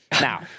Now